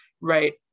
right